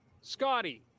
Scotty